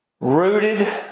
Rooted